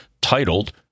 titled